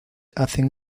hacen